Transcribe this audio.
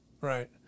Right